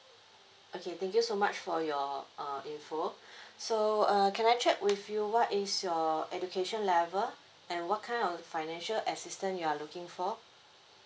okay thank you so much for your uh info so uh can I check with you what is your education level and what kind of financial assistance you're looking for